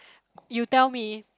you tell me